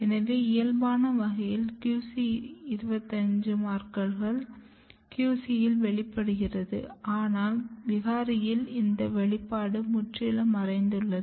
எனவே இயல்பான வகையில் QC 25 மார்க்கர்கள் QC யில் வெளிப்படுகிறது ஆனால் விகாரியில் இந்த வெளிப்பாடு முற்றிலும் மறைந்துள்ளது